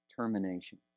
termination